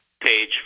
Page